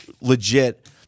legit –